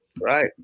Right